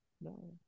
no